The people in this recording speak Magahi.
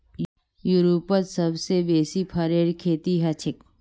यूरोपत सबसे बेसी फरेर खेती हछेक